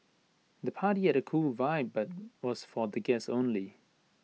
the party had A cool vibe but was for the guests only